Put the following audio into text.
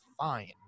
fine